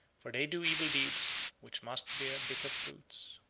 for they do evil deeds which must bear bitter fruits.